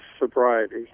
sobriety